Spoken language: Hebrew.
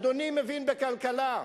אדוני מבין בכלכלה,